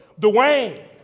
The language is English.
Dwayne